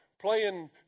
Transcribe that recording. playing